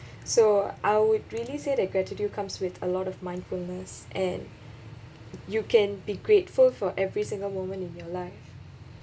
so I would really say that gratitude comes with a lot of mindfulness and you can be grateful for every single moment in your life